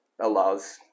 allows